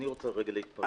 רוצה להתייחס.